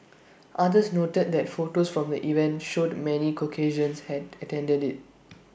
others noted that photos from the event showed many Caucasians had attended IT